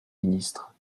ministre